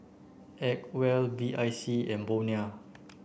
Acwell B I C and Bonia